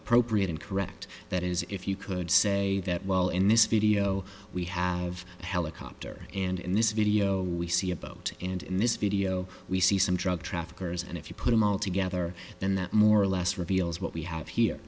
appropriate and correct that is if you could say that while in this video we have a helicopter and in this video we see a boat and in this video we see some drug traffickers and if you put them all together then that more or less reveals what we have here